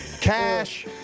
Cash